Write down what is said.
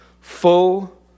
full